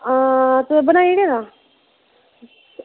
आं ते बनाई ओड़ेआ